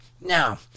now